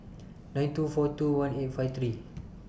nine two four two one eight five three